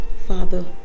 Father